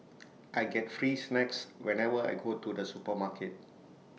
I get free snacks whenever I go to the supermarket